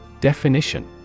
Definition